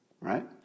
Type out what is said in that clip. right